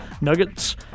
Nuggets